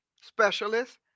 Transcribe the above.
specialist